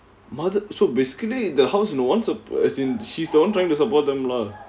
mother so basically the house no one su~ as in she's the [one] trying to support them lah